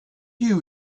you